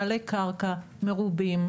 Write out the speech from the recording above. בעלי קרקע מרובים,